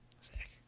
sick